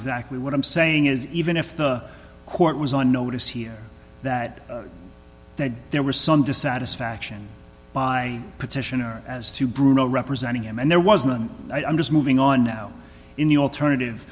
exactly what i'm saying is even if the court was on notice here that that there was some dissatisfaction by petitioner as to bruno representing him and there wasn't i'm just moving on now in the alternative